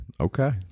okay